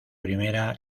primera